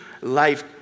life